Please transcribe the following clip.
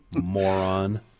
Moron